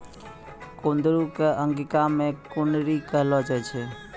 कुंदरू कॅ अंगिका मॅ कुनरी कहलो जाय छै